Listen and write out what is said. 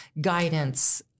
guidance